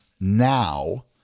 now